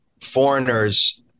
foreigners